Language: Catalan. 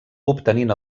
obtenint